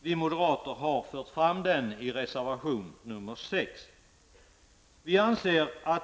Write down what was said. Vi moderater har fört fram den i reservation nr 6.